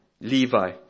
Levi